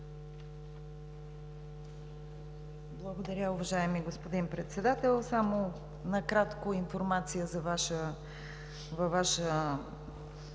Благодаря, уважаеми господин Председател. Накратко информация за Вас,